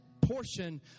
portion